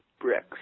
bricks